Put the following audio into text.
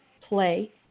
play